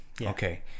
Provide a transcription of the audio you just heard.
Okay